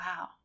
Wow